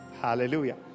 hallelujah